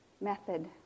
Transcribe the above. method